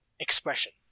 Expression